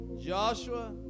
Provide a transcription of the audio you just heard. Joshua